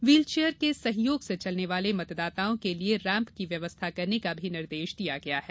wheelchair के सहयोग से चलने वाले मतदाताओं के लिए रैम्प की व्यवस्था करने का भी निर्देश दिया गया है